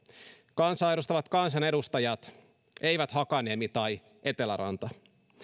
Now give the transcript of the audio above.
kansaa edustavat kansanedustajat ei hakaniemi tai eteläranta